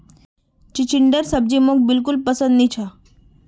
चिचिण्डार सब्जी मोक बिल्कुल पसंद नी छ